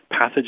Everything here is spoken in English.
pathogens